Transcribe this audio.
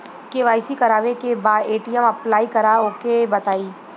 KYC करावे के बा ए.टी.एम अप्लाई करा ओके बताई?